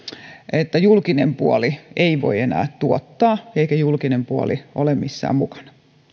että julkinen puoli ei voi enää tuottaa eikä julkinen puoli ole missään mukana